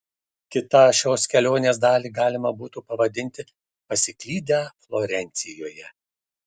kitą šios kelionės dalį galima būtų pavadinti pasiklydę florencijoje